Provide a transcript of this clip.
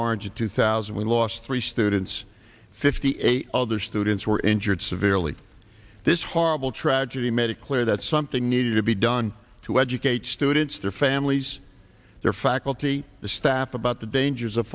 orange in two thousand we lost three students fifty eight other students were injured severely this horrible tragedy made it clear that something needed to be done to educate students their families their faculty the staff about the dangers of